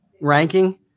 ranking